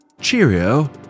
Cheerio